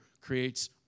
creates